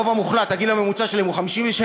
הרוב המוחלט, הגיל הממוצע שלהם הוא 56,